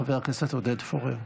חבר הכנסת עודד פורר.